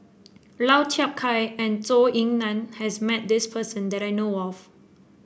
Lau Chiap Khai and Zhou Ying Nan has met this person that I know of